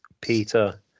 peter